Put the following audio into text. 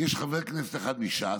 יש חבר כנסת אחד מש"ס,